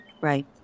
right